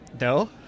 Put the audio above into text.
No